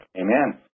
Amen